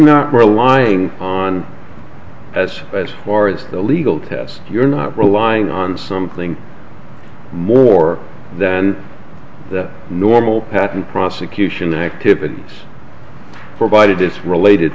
not relying on as as far as the legal test you're not relying on something more than the normal patent prosecution activities provided it's related